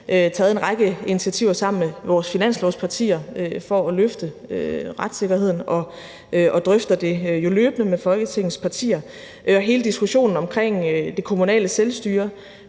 taget en række initiativer sammen med vores finanslovspartier for at løfte retssikkerheden og drøfter det jo løbende med Folketingets partier. Og hele diskussionen om det kommunale selvstyre,